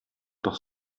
doch